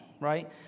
right